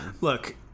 Look